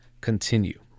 continue